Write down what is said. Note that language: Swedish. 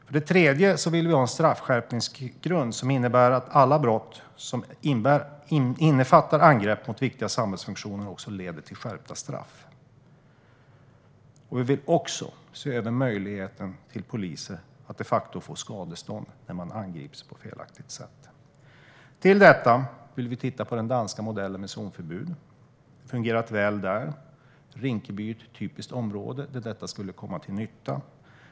För det tredje vill vi ha en straffskärpningsgrund som innebär att alla brott som innefattar angrepp mot viktiga samhällsfunktioner också leder till skärpta straff. Vi vill också se över möjligheten för polisen att de facto få skadestånd när de angrips på ett felaktigt sätt. Till detta vill vi titta på den danska modellen med zonförbud. Det har fungerat väl där. Rinkeby är ett typiskt område där detta skulle komma till nytta.